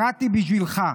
בראתי בשבילך.